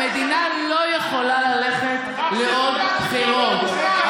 המדינה לא יכולה ללכת לעוד בחירות,